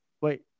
Wait